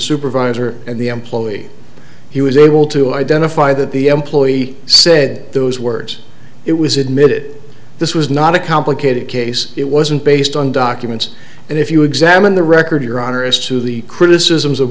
supervisor and the employee he was able to identify that the employee said those words it was admitted this was not a complicated case it wasn't based on documents and if you examine the record your honor as to the criticisms of